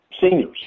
seniors